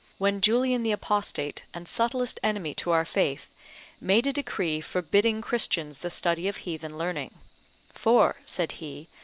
when julian the apostate and subtlest enemy to our faith made a decree forbidding christians the study of heathen learning for, said he,